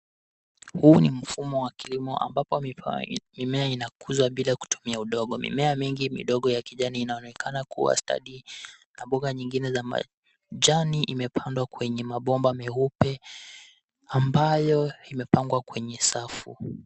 Huu ni mfumo wa kilimo ambapo mimea inakuzwa bila kutumia udongo. Mimea mingi ya kijani inaonekana kuwa stadi na mboga zingine za majani imepandwa kwenye mabomba meupe amabayo imepangwa kwenye safu.